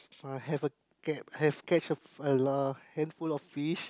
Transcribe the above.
uh have a catch have catch a lot handful of fish